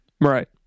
Right